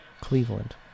Cleveland